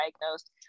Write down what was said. diagnosed